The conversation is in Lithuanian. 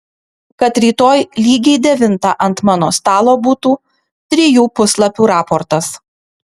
kad rytoj lygiai devintą ant mano stalo būtų trijų puslapių raportas